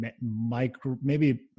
micro—maybe